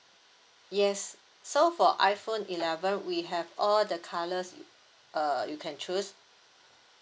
yes so for iPhone eleven we have all the colours err you can choose